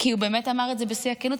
כי הוא באמת אמר את זה בשיא הכנות,